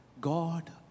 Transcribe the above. God